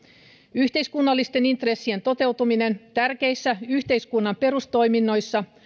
yhteiskunnallisten intressien toteutuminen tärkeissä yhteiskunnan perustoiminnoissa